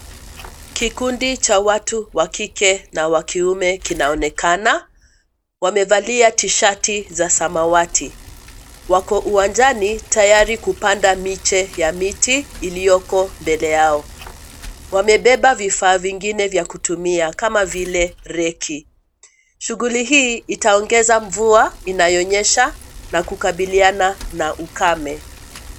Kikundi cha watu wa kike na wakiume kinaonekana. Wamevalia tishati za samawati. Wako uwanjani tayari kupanda miche ya miti iliyoko mbele yao. Wamebeba vifaa vingine vya kutumia kama vile reki. Shughuli hii itaongeza mvua inayonyesha na kukabiliana na ukame.